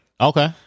Okay